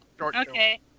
okay